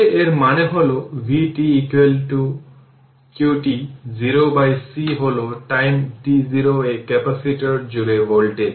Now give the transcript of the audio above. এবং initial W 0 half L I0 square তাই এই ইকুয়েশন হল ইনডাক্টরে স্টোরড এনার্জি